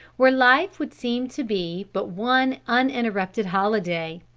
where life would seem to be but one uninterrupted holiday.